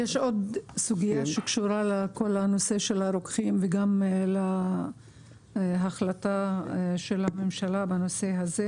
יש עוד סוגיה שקשורה לנושא של הרוקחים וגם להחלטת הממשלה בנושא הזה.